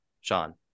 Sean